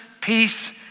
peace